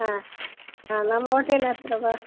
ಹಾಂ ಹಾಂ ನಮ್ಮ ಹೋಟೇಲ್ ಹತ್ತಿರ ಬಾ